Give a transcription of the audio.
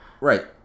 Right